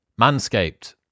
Manscaped